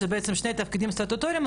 שזה שני תפקידים סטטוטוריים,